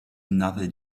another